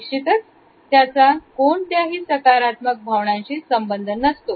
निश्चितच त्याचा कोणत्याही सकारात्मक भावनांशी संबंध नसतो